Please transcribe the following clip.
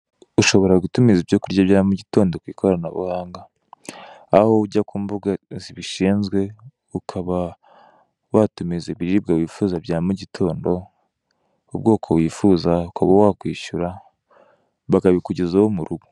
Uahobora gutumiza ibyo kurya bya mugitondo ku ikoranabuhanga, aho ujya ku mbuga zibishinzwe ukaba watumiza ibiribwa wivuza bya mugitondo, ubwoko wifuza ukaba wakwishyura bakabikugezaho mu rugo.